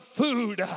food